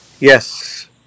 Yes